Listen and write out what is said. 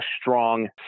strong